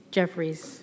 Jeffries